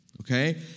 okay